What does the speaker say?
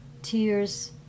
tears